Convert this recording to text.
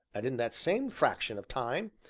and, in that same fraction of time,